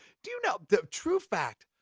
do you, know the true fact,